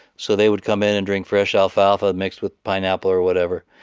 so they would come in and drink fresh alfalfa mixed with pineapple or whatever.